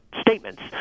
statements